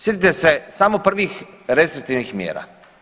Sjetite se samo prvih restriktivnih mjera.